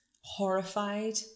horrified